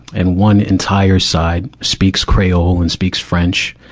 and one entire side speaks creole and speaks french.